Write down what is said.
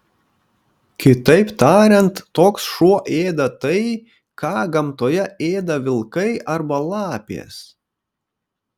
kitaip tariant toks šuo ėda tai ką gamtoje ėda vilkai arba lapės